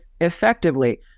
effectively